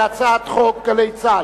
חוק גלי צה"ל,